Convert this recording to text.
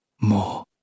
More